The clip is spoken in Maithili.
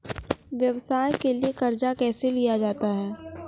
व्यवसाय के लिए कर्जा कैसे लिया जाता हैं?